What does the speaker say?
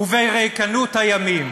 ריקנות הימים.